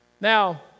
Now